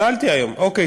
שאלתי היום: אוקיי,